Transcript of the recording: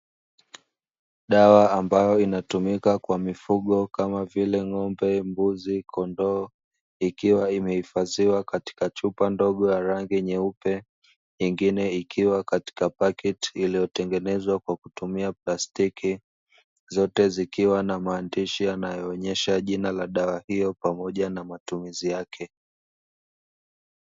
Dawa ambayo inatumika kwa mifugo kama vile; ng'ombe, mbuzi, kondoo, ikiwa imeifadhiwa katika chupa ndogo ya rangi nyeupe, nyingine ikiwa katika paketi iliyotengenezwa kwa kutumia kwa kutumia plastiki, zote zikiwa na maandishi yanayoonyesha jina la dawa hiyo pamoja na matumizi yake.